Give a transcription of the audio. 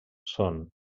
són